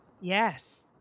Yes